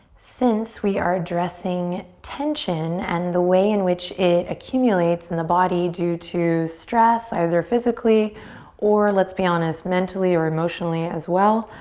since we are addressing tension and the way in which it accumulates in the body due to stress either physically or, let's be honest, mentally or emotionally as well,